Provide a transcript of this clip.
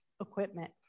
equipment